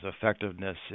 effectiveness